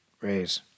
raise